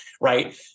right